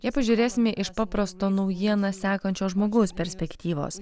jei pažiūrėsime iš paprasto naujieną sekančio žmogaus perspektyvos